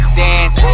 dance